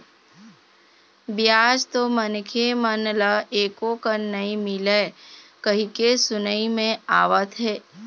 बियाज तो मनखे मन ल एको कन नइ मिलय कहिके सुनई म आवत हे